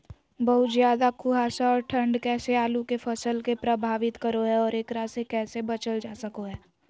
बहुत ज्यादा कुहासा और ठंड कैसे आलु के फसल के प्रभावित करो है और एकरा से कैसे बचल जा सको है?